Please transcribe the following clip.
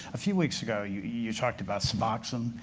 a few weeks ago you you talked about suboxone,